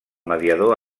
mediador